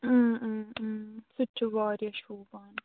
سُہ تہِ چھُ واریاہ شوٗبان